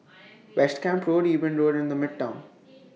West Camp Road Eben Road and The Midtown